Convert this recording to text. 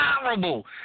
horrible